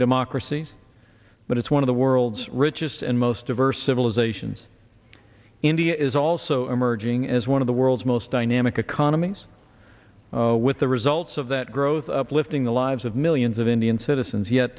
democracy but it's one of the world's richest and most diverse civilizations india is also emerging as one of the world's most dynamic economies with the results of that growth uplifting the lives of millions of indian citizens yet